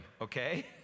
okay